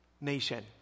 nation